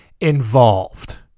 involved